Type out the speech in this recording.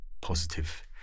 positive